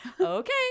Okay